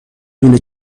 دونه